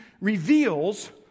reveals